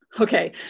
okay